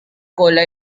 cola